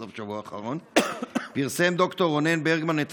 בסוף שבוע האחרון פרסם ד"ר רונן ברגמן את